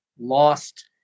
lost